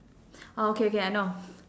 orh okay okay I know